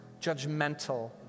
judgmental